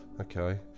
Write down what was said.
okay